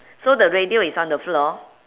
so the radio is on the floor